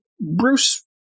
Bruce